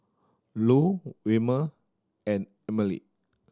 Lu Wilmer and Emely